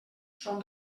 són